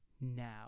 now